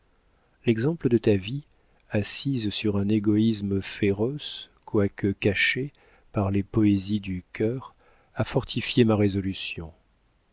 l'exemple de ta vie assise sur un égoïsme féroce quoique caché par les poésies du cœur a fortifié ma résolution